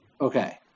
okay